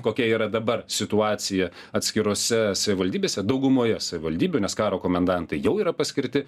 kokia yra dabar situacija atskirose savivaldybėse daugumoje savivaldybių nes karo komendantai jau yra paskirti